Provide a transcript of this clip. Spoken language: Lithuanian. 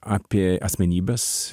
apie asmenybes